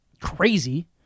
crazy